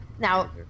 Now